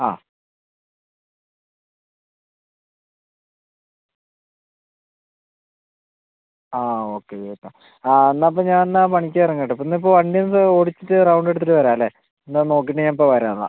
ആ ആ ഒക്കെ ചേട്ടാ ആ എന്നാൽ ഇപ്പം ഞാൻ എന്നാൽ പണിക്ക് ഇറങ്ങട്ടെ ഇപ്പം ഇന്ന് ഇപ്പോൾ വണ്ടി ഒന്ന് ഓടിച്ചിട്ട് റൗണ്ട് എടുത്തിട്ട് വരാം അല്ലേ എന്നാൽ നോക്കിയിട്ട് ഞാൻ ഇപ്പം വരാം എന്നാൽ